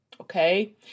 okay